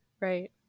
right